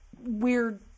weird –